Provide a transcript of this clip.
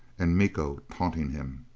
and miko taunting him